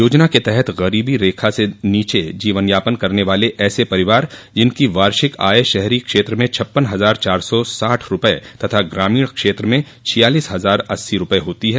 योजना के तहत गरीबी रेखा से नीचे जीवन यापन करने वाले ऐसे परिवार जिनकी वार्षिक आय शहरी क्षेत्र में छप्पन हजार चार सौ साठ रूपये तथा गामीण क्षेत्र में छियालीस हजार अस्सी रूपये होती है